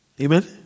Amen